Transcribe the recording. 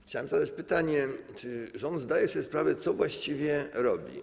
Chciałem zadać pytanie: Czy rząd zdaje sobie sprawę z tego, co właściwie robi?